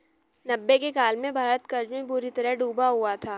नब्बे के काल में भारत कर्ज में बुरी तरह डूबा हुआ था